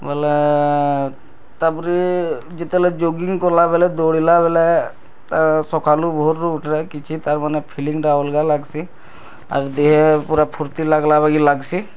ବୋଇଲେ ତାପରେ ଯେତେବେଳେ ଜଗିଙ୍ଗ୍ କଲାବେଳେ ଦୌଡ଼ିଲା ବେଳେ ଆଁ ସକାଳୁ ଭୋରୁ ଉଠରେ କିଛି ତାର୍ମାନେ ଫିଲିଙ୍ଗ୍ଟା ଅଲଗା ଲାଗ୍ସି ଆଉ ଯଦି ପୁରା ଫୁର୍ତ୍ତି ଲାଗଲାବାଗି ଲାଗ୍ସି